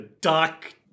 dark